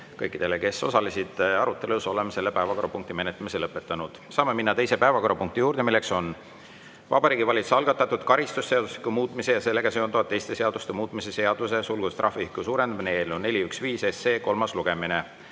kõikidele, kes osalesid arutelus! Oleme selle päevakorrapunkti menetlemise lõpetanud. Saame minna teise päevakorrapunkti juurde, milleks on Vabariigi Valitsuse algatatud karistusseadustiku muutmise ja sellega seonduvalt teiste seaduste muutmise seaduse (trahviühiku suurendamine) eelnõu 415 kolmas lugemine.